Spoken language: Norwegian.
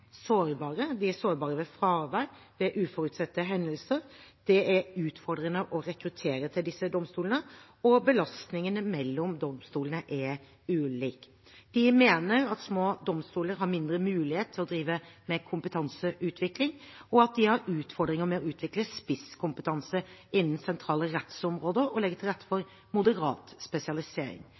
sårbare. De er sårbare ved fravær og ved uforutsette hendelser, det er utfordrende å rekruttere til disse domstolene, og belastningen mellom domstolene er ulik. Kommisjonen mener at små domstoler har mindre mulighet til å drive med kompetanseutvikling, og at de har utfordringer med å utvikle spisskompetanse innen sentrale rettsområder og legge til rette for moderat spesialisering.